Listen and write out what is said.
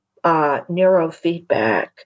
Neurofeedback